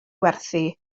werthu